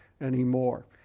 anymore